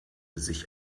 sich